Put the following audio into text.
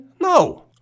No